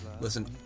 listen